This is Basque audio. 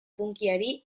punkyari